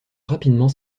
rapidement